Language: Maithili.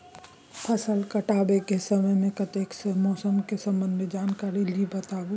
फसल काटय के समय मे कत्ते सॅ मौसम के संबंध मे जानकारी ली बताबू?